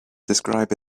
describe